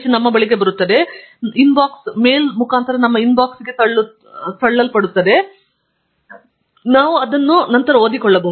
ಮತ್ತು ಸಾಹಿತ್ಯದ ಸಮೀಕ್ಷೆಯನ್ನು ನಾವು ಹೋಗುವ ಮತ್ತು ಹುಡುಕುವ ಬದಲು ನಮ್ಮ ಇನ್ಬಾಕ್ಸ್ಗಳಿಗೆ ತಳ್ಳಲಾಗಿದೆ ಎಂದು ನಾವು ನೋಡಬಹುದು